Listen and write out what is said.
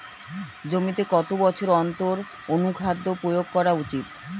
জমিতে কত বছর অন্তর অনুখাদ্য প্রয়োগ করা উচিৎ?